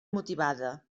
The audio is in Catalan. motivada